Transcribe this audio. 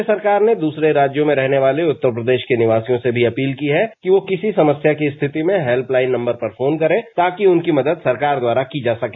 राज्य सरकार ने दूसरे राज्यों में रहने वाले उत्तर प्रदेश के निवासियों से भी अपील की है कि वे किसी समस्या की स्थिति में हेल्पलाइन नंबर पर फोन करें ताकि उनकी मदद सरकार द्वारा की जा सके